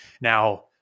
Now